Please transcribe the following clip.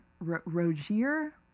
Roger